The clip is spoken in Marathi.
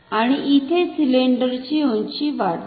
आणि इथे सिलिंडर ची उंची वाढते